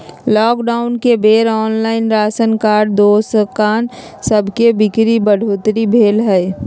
lockdown के बेर online राशन के दोकान सभके बिक्री में बढ़ोतरी भेल हइ